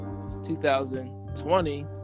2020